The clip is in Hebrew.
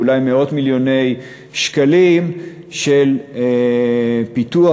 ואולי מאות מיליוני שקלים של פיתוח